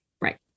Right